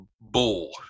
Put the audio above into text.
bull